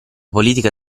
politica